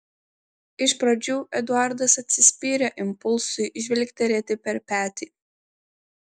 iš pradžių eduardas atsispyrė impulsui žvilgterėti per petį